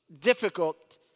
difficult